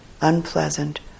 unpleasant